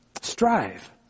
Strive